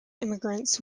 immigrants